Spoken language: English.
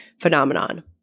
phenomenon